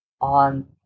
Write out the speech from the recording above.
on